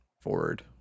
forward